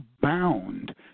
bound